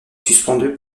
suspendue